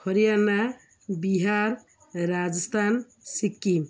Haryana Bihar Rajasthan Sikkim